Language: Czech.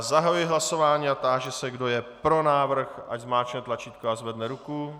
Zahajuji hlasování a táži se, kdo je pro návrh, ať zmáčkne tlačítko a zvedne ruku.